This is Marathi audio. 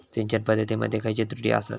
सिंचन पद्धती मध्ये खयचे त्रुटी आसत?